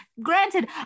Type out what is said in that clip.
Granted